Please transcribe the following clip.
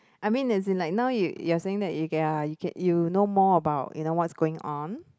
I mean as in like now you you're saying that ya you know more about you know what's going on